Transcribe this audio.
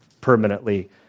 permanently